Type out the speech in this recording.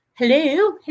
Hello